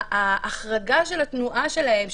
ההחרגה של התנועה שלהם,